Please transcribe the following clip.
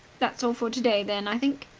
that's all for today, then, i think,